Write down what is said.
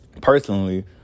personally